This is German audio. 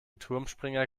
turmspringer